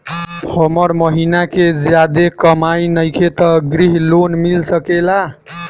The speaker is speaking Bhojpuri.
हमर महीना के ज्यादा कमाई नईखे त ग्रिहऽ लोन मिल सकेला?